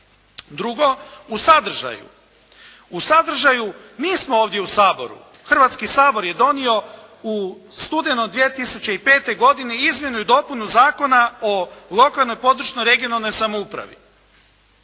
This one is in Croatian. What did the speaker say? Drugo, u sadržaju. U sadržaju mi smo ovdje u Saboru. Hrvatski sabor je donio u studenom 2005. godine izmjenu i dopunu Zakona o lokalnoj područnoj (regionalnoj) samoupravi